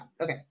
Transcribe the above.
okay